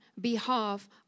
behalf